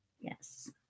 Yes